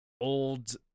old